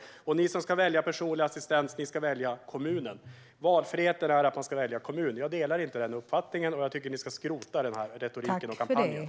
Säg då att de som ska välja personlig assistent ska välja kommunen! Valfriheten innebär att man ska välja kommunen. Jag delar inte en sådan uppfattning, och jag tycker att ni ska skrota den här retoriken och kampanjen.